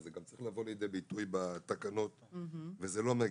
וזה גם צריך לבוא לידי ביטוי בתקנות וזה לא.